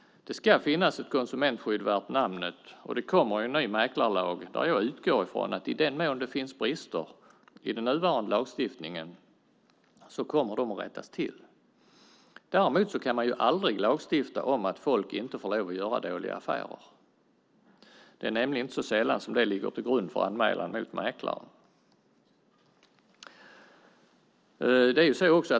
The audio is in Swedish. Det ska finnas ett konsumentskydd värt namnet. Det kommer en ny mäklarlag. I den mån det finns brister i den nuvarande lagstiftningen utgår jag från att de kommer att rättas till. Däremot kan man aldrig lagstifta om att folk inte får lov att göra dåliga affärer. Det är nämligen inte så sällan det som ligger till grund för en anmälan mot mäklaren.